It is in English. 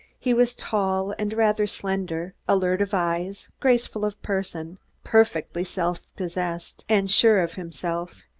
he was tall and rather slender, alert of eyes, graceful of person perfectly self-possessed and sure of himself,